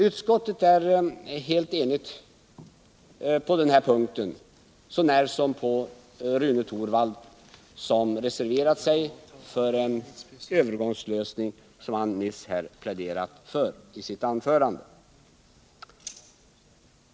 Utskottet är helt enigt på den här punkten, så när som på att Rune Torwald har reserverat sig för en övergångslösning, som han nyss har pläderat för i sitt anförande.